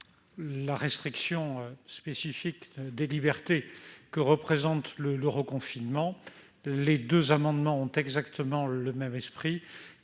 la restriction spécifique des libertés que représente le reconfinement. L'esprit de ces deux amendements est exactement le même ;